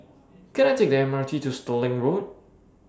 Can I Take The MRT to Stirling Road